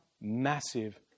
massive